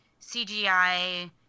CGI